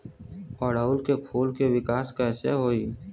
ओड़ुउल के फूल के विकास कैसे होई?